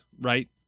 right